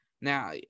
Now